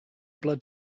blood